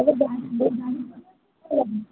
ଏବେ ଗାଡ଼ି ଚଢ଼ିବାକୁ ବି ଭୟ ଲାଗୁଛି ଏବେ